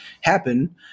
happen